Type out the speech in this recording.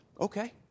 Okay